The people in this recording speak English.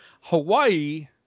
Hawaii